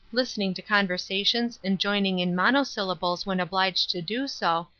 listening to conversations and joining in monosyllables when obliged to do so,